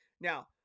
Now